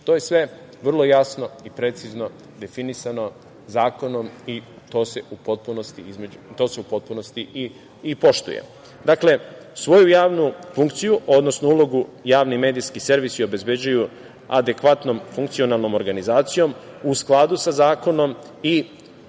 To je sve vrlo jasno i precizno definisano zakonom i to se u potpunosti i poštuje. Svoju javnu funkciju, odnosno ulogu, javni i medijski servisi obezbeđuju adekvatnom funkcionalnom organizacijom, u skladu sa zakonom i odgovornim